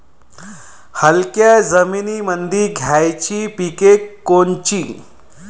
हलक्या जमीनीमंदी घ्यायची पिके कोनची?